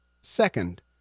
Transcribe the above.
Second